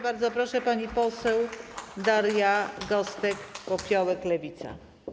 Bardzo proszę, pani poseł Daria Gosek-Popiołek, Lewica.